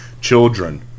children